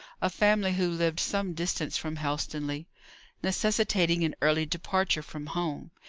a family who lived some distance from helstonleigh necessitating an early departure from home,